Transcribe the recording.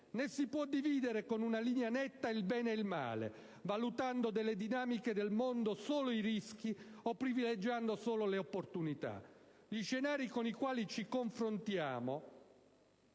Né si può dividere con una linea netta il bene e il male, valutando delle dinamiche del mondo solo i rischi, o privilegiando solo le opportunità. Gli scenari con i quali ci confrontiamo